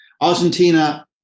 Argentina